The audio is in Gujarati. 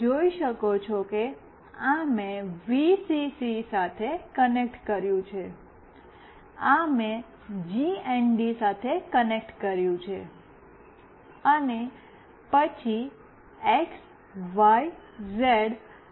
તમે જોઈ શકો છો કે આ મેં વીસીસી સાથે કનેક્ટ કર્યું છે આ મેં જીએનડી સાથે કનેક્ટ કર્યું છે અને પછી એક્સ વાય ઝેડ